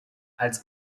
als